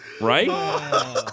right